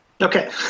Okay